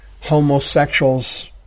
homosexuals